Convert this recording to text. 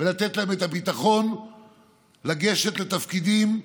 ונותן להם את הביטחון לגשת לתפקידים,